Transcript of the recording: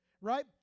right